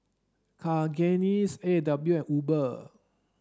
Cakenis A and W and Uber